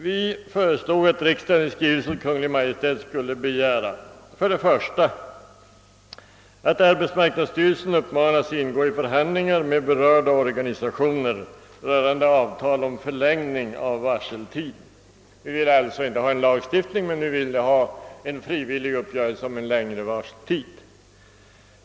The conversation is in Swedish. Vi föreslog för det första att riksdagen i skrivelse till Kungl. Maj:t skulle begära att arbetsmarknadsstyrelsen uppmanas ingå i förhandlingar med berörda organisationer rörande avtal om förlängning av varseltid. Vi ville alltså inte ha en lagstiftning men vi ville ha en frivillig uppgörelse om en längre varseltid.